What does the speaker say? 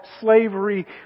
slavery